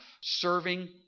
Serving